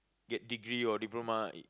get degree or diploma it